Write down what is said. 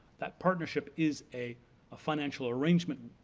that partnership is a ah financial arrangement,